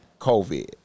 COVID